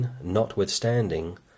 notwithstanding